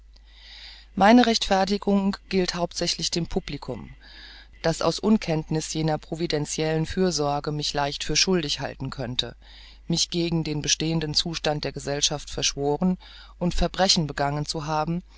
meine rechtfertigung gilt hauptsächlich dem publikum das aus unkenntniß jener providentiellen fürsorge mich leicht für schuldig halten könnte mich gegen den bestehenden zustand der gesellschaft verschworen und verbrechen begangen zu haben